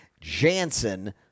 Jansen